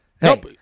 Hey